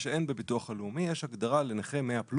שאין בביטוח הלאומי יש הגדרה לנכה 100+,